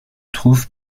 trouve